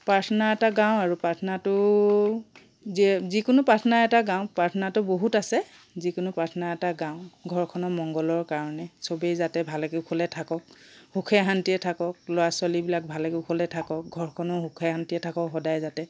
পাৰ্থনা এটা গাওঁ আৰু পাৰ্থনাটো যে যিকোনো পাৰ্থনা এটা গাওঁ পাৰ্থনাতো বহুত আছে যিকোনো পাৰ্থনা এটা গাওঁ ঘৰখনৰ মংগলৰ কাৰণে চবেই যাতে ভালে কুশলে থাকক সুখে শান্তিৰে থাকক লৰা ছোৱালীবিলাক ভালে কুশলে থাকক ঘৰখনো সুখে শান্তিৰে থাকক সদাই যাতে